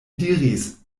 diris